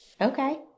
Okay